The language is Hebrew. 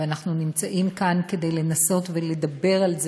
ואנחנו נמצאים כאן כדי לנסות ולדבר פה,